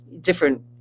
different